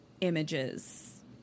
images